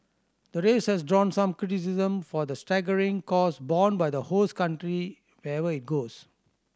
the race has drawn some criticism for the staggering costs borne by the host country wherever it goes